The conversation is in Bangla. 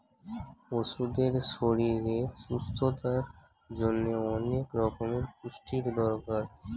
পশুদের শরীরের সুস্থতার জন্যে অনেক রকমের পুষ্টির দরকার